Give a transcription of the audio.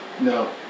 No